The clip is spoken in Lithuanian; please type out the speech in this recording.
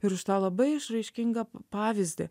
ir už tą labai išraiškingą pavyzdį